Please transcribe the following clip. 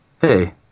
Hey